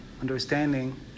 understanding